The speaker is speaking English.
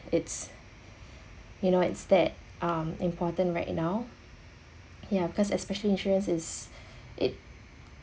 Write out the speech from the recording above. it's you know instead um important right now ya because especially insurance is it